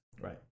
Right